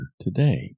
today